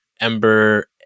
Ember